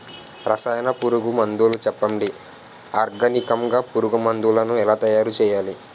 రసాయన పురుగు మందులు చెప్పండి? ఆర్గనికంగ పురుగు మందులను ఎలా తయారు చేయాలి?